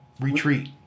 retreat